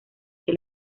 que